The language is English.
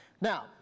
Now